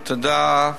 תודה,